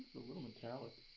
a little metallic.